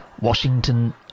Washington